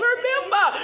Remember